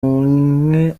umwe